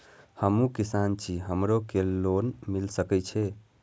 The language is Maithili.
हमू किसान छी हमरो के लोन मिल सके छे?